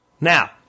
Now